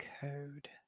code